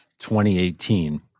2018